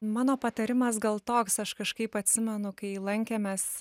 mano patarimas gal toks aš kažkaip atsimenu kai lankėmės